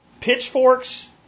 Pitchforks